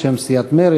בשם סיעת מרצ.